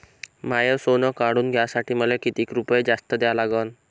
माय सोनं काढून घ्यासाठी मले कितीक रुपये जास्त द्या लागन?